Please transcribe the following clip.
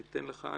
אני אתן לך.